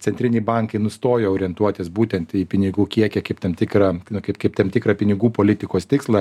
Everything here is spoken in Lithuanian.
centriniai bankai nustojo orientuotis būtent į pinigų kiekį kaip tam tikrą nu kaip tam tikrą pinigų politikos tikslą